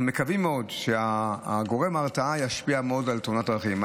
אנחנו מקווים מאוד שגורם ההרתעה ישפיע על תאונות הדרכים.